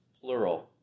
plural